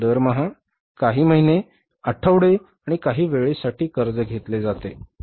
दरमहा काही महिने आठवडे आणि काही वेळेसाठी कर्ज घेतले जाते